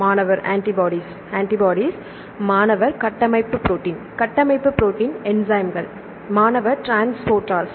மாணவர் antibodies antibodies மாணவர் கட்டமைப்பு ப்ரோடீன் கட்டமைப்பு ப்ரோடீன் என்சைம்கள் மாணவர் ட்ரான்ஸ்போட்டடேர்ஸ்